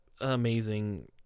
amazing